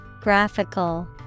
Graphical